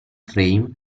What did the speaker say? frame